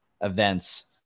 events